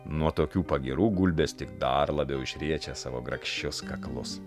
nuo tokių pagyrų gulbės tik dar labiau išriečia savo grakščius kaklus